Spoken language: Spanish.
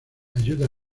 ayuda